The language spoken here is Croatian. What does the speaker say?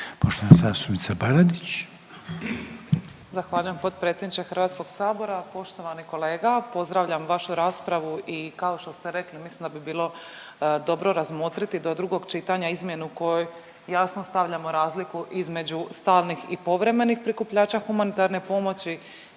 Nikolina (HDZ)** Zahvaljujem potpredsjedniče HS-a. Poštovani kolega pozdravljam vašu raspravu i kao što ste rekli mislim da bi bilo dobro razmotriti do drugog čitanja izmjenu u kojoj jasno stavljamo razliku između stalnih i povremenih prikupljača humanitarne pomoći.